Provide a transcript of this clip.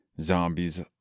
zombies